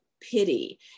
pity